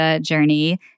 journey